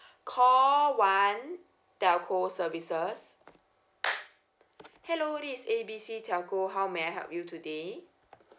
call one telco services hello this is A B C telco how may I help you today